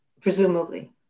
presumably